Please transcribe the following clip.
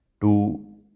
two